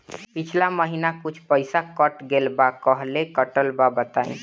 पिछला महीना कुछ पइसा कट गेल बा कहेला कटल बा बताईं?